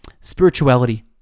Spirituality